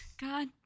god